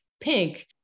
Pink